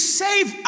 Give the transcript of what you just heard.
save